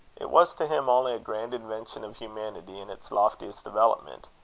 it was to him only a grand invention of humanity in its loftiest development.